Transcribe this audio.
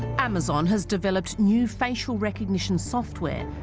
amazon has developed new facial recognition software.